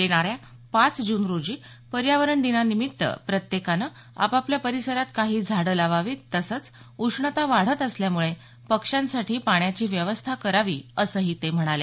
येणाऱ्या पाच जून रोजी पर्यावरण दिनानिमित्त प्रत्येकानं आपापल्या परिसरात काही झाडं लावावीत तसंच उष्णता वाढत असल्यामुळे पक्ष्यांसाठी पाण्याची व्यवस्था करावी असंही ते म्हणाले